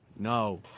No